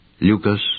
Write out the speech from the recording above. Lucas